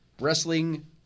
Wrestling